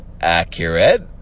accurate